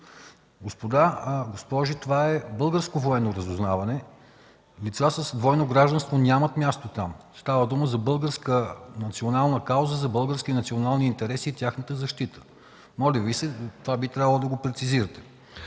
Господа и госпожи, това е българско военно разузнаване и лица с двойно гражданство нямат място там, става дума за българска национална кауза, за български национални интереси и тяхната защита. Моля Ви, това би трябвало да го прецизирате.